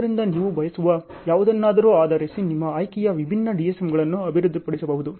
ಆದ್ದರಿಂದ ನೀವು ಬಯಸುವ ಯಾವುದನ್ನಾದರೂ ಆಧರಿಸಿ ನಿಮ್ಮ ಆಯ್ಕೆಯ ವಿಭಿನ್ನ DSMಗಳನ್ನು ಅಭಿವೃದ್ಧಿಪಡಿಸಬಹುದು